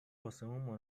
آسمون